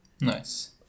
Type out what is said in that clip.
nice